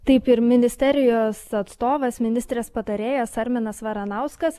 taip ir ministerijos atstovas ministrės patarėjas arminas varanauskas